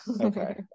okay